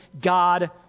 God